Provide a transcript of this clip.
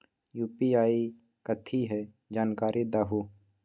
UPI कथी है? जानकारी दहु